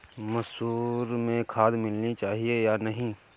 मसूर में खाद मिलनी चाहिए या नहीं?